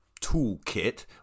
toolkit